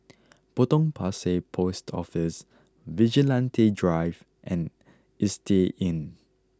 Potong Pasir Post Office Vigilante Drive and Istay Inn